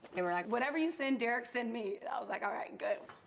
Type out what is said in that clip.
they were like, whatever you send derrick, send me. and i was like, all right, good.